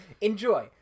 Enjoy